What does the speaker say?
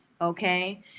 Okay